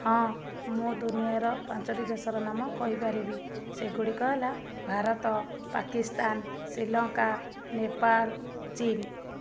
ହଁ ମୁଁ ଦୁନିଆର ପାଞ୍ଚୋଟି ଦେଶର ନାମ କହିପାରିବି ସେଗୁଡ଼ିକ ହେଲା ଭାରତ ପାକିସ୍ତାନ ଶ୍ରୀଲଙ୍କା ନେପାଲ୍ ଚୀନ୍